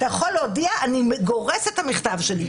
אתה יכול להודיע: אני גורס את המכתב שלי,